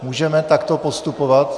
Můžeme takto postupovat?